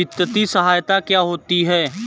वित्तीय सहायता क्या होती है?